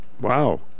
Wow